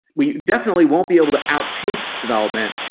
we definitely won't be able to outpace development,